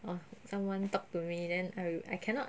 or someone talk to me then I will I cannot